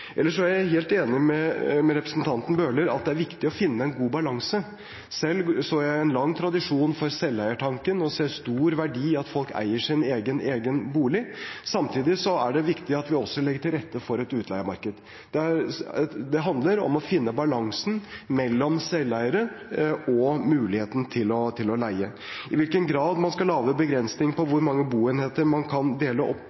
Ellers er jeg helt enig med representanten Bøhler i at det er viktig å finne en god balanse. Selv har jeg en lang tradisjon for selveiertanken og ser en stor verdi i at folk eier sin egen bolig. Samtidig er det viktig at vi også legger til rette for et utleiemarked. Det handler om å finne balansen mellom det å være selveier og det å ha mulighet til å leie. I hvilken grad man skal lage begrensninger for hvor mange boenheter man kan dele opp